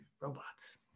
robots